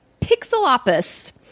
Pixelopus